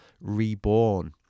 reborn